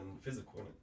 physical